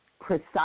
precise